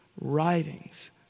writings